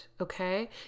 okay